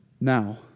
Now